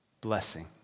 blessing